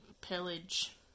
pillage